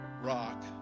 rock